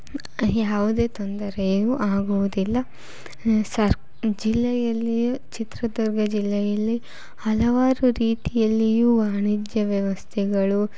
ಯಾವುದೇ ತೊಂದರೆಯು ಆಗುವುದಿಲ್ಲ ಸರ್ ಜಿಲ್ಲೆಯಲ್ಲಿ ಚಿತ್ರದುರ್ಗ ಜಿಲ್ಲೆಯಲ್ಲಿ ಹಲವಾರು ರೀತಿಯಲ್ಲಿಯೂ ವಾಣಿಜ್ಯ ವ್ಯವಸ್ಥೆಗಳು